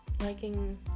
liking